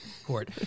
court